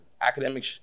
Academic